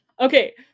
Okay